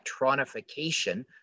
electronification